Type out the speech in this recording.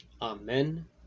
Amen